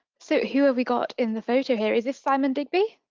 so who have we got in the photo here? is this simon digby?